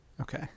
Okay